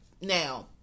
Now